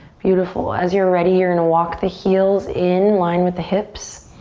beautiful, as you're ready you're gonna walk the heels in line with the hips.